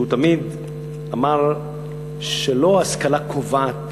שהוא תמיד אמר שלא השכלה קובעת